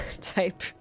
type